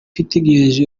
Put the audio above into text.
witegereje